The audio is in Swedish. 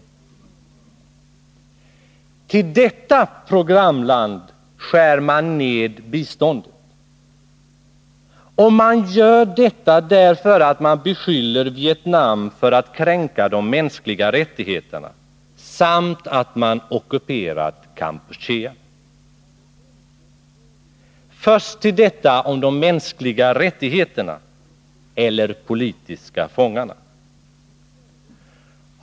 Till detta programland skär man ned biståndet. Man gör det därför att man beskyller Vietnam för att kränka de mänskliga rättigheterna samt för att ockupera Kampuchea. Först till detta om de mänskliga rättigheterna eller de politiska fångarna.